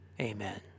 Amen